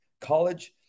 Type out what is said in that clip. college